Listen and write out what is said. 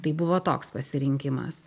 tai buvo toks pasirinkimas